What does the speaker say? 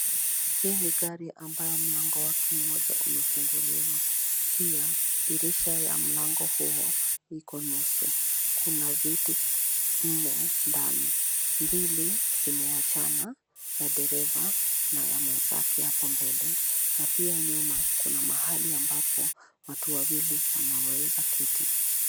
Hii ni gari ambayo mlango wake mmoja umefunguliwa, pia dirisha ya mlango huo iko nusu. Kuna viti nne ndani. Mbili zimeachana; ya dereve na ya mwenzake hapo mbele, na pia nyuma kuna mahali ambapo watu wawili wanaweza keti.